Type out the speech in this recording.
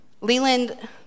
Leland